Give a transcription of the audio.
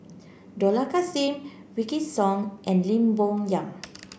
Dollah Kassim Wykidd Song and Lim Bo Yam